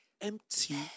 empty